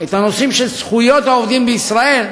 את הנושאים של זכויות העובדים בישראל,